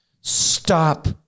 stop